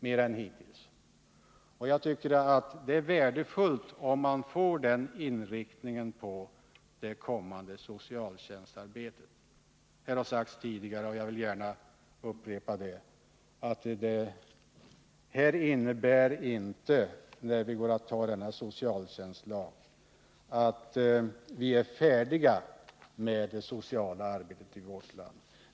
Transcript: Det är värdefullt om det blir den inriktningen på det kommande socialtjänstarbetet. Det har sagts här tidigare, och jag vill gärna upprepa det, att vi i och med att riksdagen antar denna socialtjänstlag inte är färdiga med det sociala arbetet i vårt land.